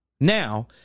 now